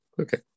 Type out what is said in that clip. Okay